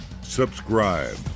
subscribe